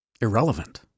irrelevant